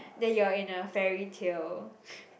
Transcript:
that you are in a fairy tale